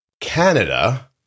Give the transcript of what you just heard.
Canada